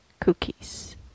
cookies